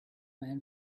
ran